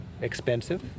expensive